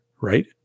right